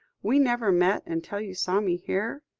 we never met until you saw me here?